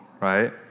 right